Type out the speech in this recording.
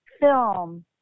film